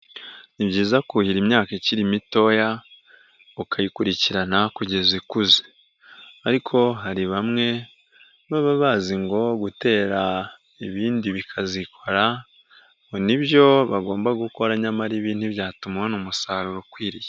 Ni byiza kuhira imyaka ikiri mitoya, ukayikurikirana kugeza ikuze, ariko hari bamwe baba bazi ngo gutera ibindi bikazikora, ngo nibyo bagomba gukora, nyamara ibi ntibyatuma ubona umusaruro ukwiriye.